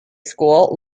school